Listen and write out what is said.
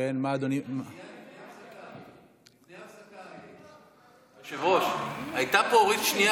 הכנסת סונדוס סאלח,